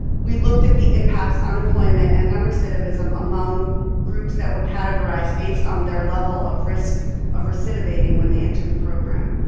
we looked at the impacts on employment and on recidivism among groups that were categorized based on their level of risk of recidivating when they entered the program.